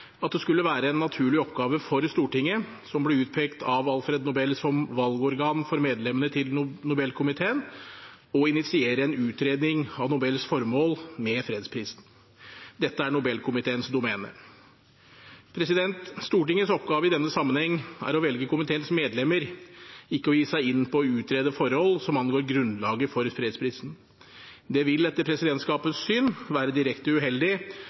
at det skulle være en naturlig oppgave for Stortinget, som ble utpekt av Alfred Nobel som valgorgan for medlemmene til Nobelkomiteen, å initiere en utredning av Nobels formål med fredsprisen. Dette er Nobelkomiteens domene. Stortingets oppgave i denne sammenheng er å velge komiteens medlemmer, ikke å gi seg inn på å utrede forhold som angår grunnlaget for fredsprisen. Det vil etter presidentskapets syn være direkte uheldig